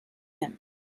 him